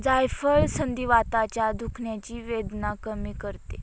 जायफळ संधिवाताच्या दुखण्याची वेदना कमी करते